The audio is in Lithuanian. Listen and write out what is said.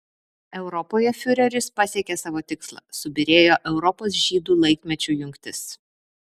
europoje fiureris pasiekė savo tikslą subyrėjo europos žydų laikmečių jungtis